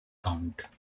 count